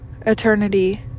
eternity